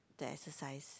the exercise